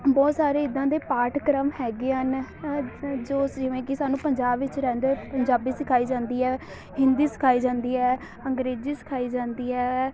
ਬਹੁਤ ਸਾਰੇ ਇੱਦਾਂ ਦੇ ਪਾਠਕ੍ਰਮ ਹੈਗੇ ਹਨ ਅ ਜੋ ਜਿਵੇਂ ਕਿ ਸਾਨੂੰ ਪੰਜਾਬ ਵਿੱਚ ਰਹਿੰਦੇ ਪੰਜਾਬੀ ਸਿਖਾਈ ਜਾਂਦੀ ਹੈ ਹਿੰਦੀ ਸਿਖਾਈ ਜਾਂਦੀ ਹੈ ਅੰਗਰੇਜ਼ੀ ਸਿਖਾਈ ਜਾਂਦੀ ਹੈ